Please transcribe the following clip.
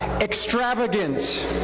Extravagant